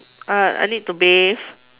I I need to bathe